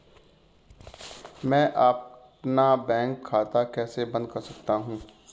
मैं अपना बैंक खाता कैसे बंद कर सकता हूँ?